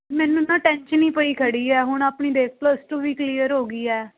ਮੈਨੂੰ ਨਾ ਟੈਂਸ਼ਨ ਨਹੀਂ ਪਈ ਖੜ੍ਹੀ ਆ ਹੁਣ ਆਪਣੀ ਦੇਖ ਪਲੱਸ ਟੂ ਵੀ ਕਲੀਅਰ ਹੋ ਗਈ ਹੈ